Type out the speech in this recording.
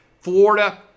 Florida